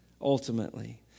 ultimately